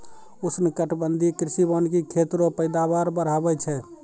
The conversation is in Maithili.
उष्णकटिबंधीय कृषि वानिकी खेत रो पैदावार बढ़ाबै छै